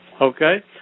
okay